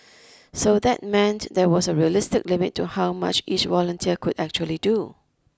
so that meant there was a realistic limit to how much each volunteer could actually do